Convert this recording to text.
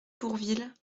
bourvil